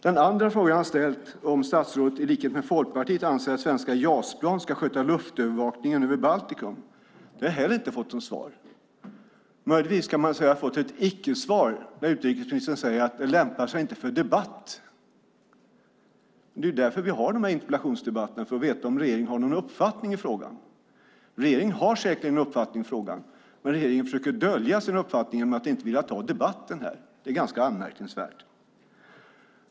Den andra frågan jag har ställt, om statsrådet i likhet med Folkpartiet anser att svenska JAS-plan ska sköta luftövervakningen över Baltikum, har jag heller inte fått något svar på. Möjligtvis kan man säga att jag har fått ett icke-svar när utrikesministern säger att det inte lämpar sig för debatt. Men vi har ju de här interpellationsdebatterna för att veta om regeringen har någon uppfattning i frågan. Regeringen har säkert en uppfattning i frågan, men regeringen försöker dölja sin uppfattning genom att inte vilja ta debatten här. Det är ganska anmärkningsvärt.